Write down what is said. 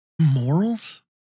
morals